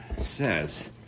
says